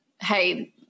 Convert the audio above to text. Hey